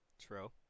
true